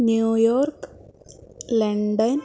New York London